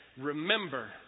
remember